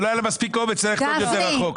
שלא היה להם מספיק אומץ ללכת עוד יותר רחוק.